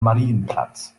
marienplatz